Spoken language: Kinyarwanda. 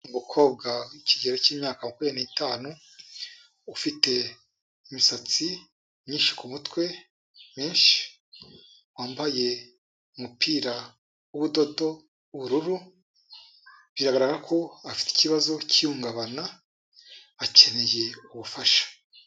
Umukobwa w'ikigero cy'imyaka makumyabiri n'itanu, ufite imisatsi myinshi ku mutwe, wambaye umupira w'ubudodo w'ubururu, biragaragara ko afite ikibazo cy'ihungabana, akeneye ubufasha.